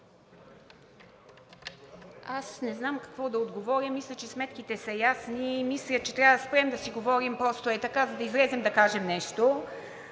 Аз не знам какво да отговоря. Мисля, че сметките са ясни. Мисля, че трябва да спрем да си говорим просто ей така, за да излезем да кажем нещо.